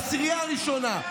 העשירייה הראשונה,